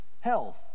health